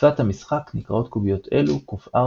בשפת המשחק נקראות קוביות אלו ק4,